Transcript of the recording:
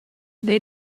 they